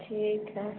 ठीक है